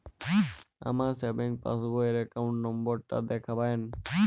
আমার savings passbook র account number টা দেখাবেন?